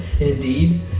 Indeed